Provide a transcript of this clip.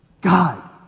God